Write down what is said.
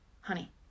honey